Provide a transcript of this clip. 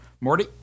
Morty